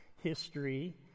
history